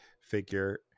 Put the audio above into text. figure